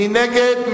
מי נגד?